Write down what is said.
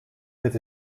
het